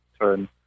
turn